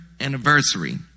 anniversary